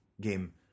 game